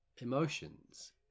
emotions